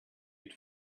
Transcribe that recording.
had